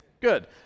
Good